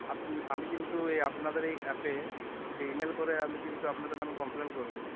আপনি আমি কিন্তু এই আপনাদের এই অ্যাপে যে ইমেল করে আমি কিন্তু আপনাদের নামে কমপ্লেন করবো